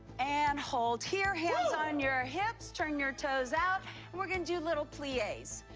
and hold here. hands on your hips. turn your toes out, and we're gonna do little plies.